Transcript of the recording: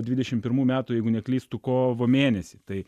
dvidešim pirmų metų jeigu neklystu kovo mėnesį tai